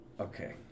Okay